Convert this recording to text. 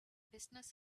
business